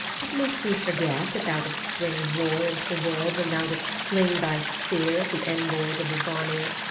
but must we forget that thou didst bring war into the world when thou didst fling thy spear at the envoys of the vanir?